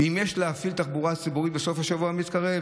אם יש להפעיל תחבורה ציבורית בסוף השבוע המתקרב".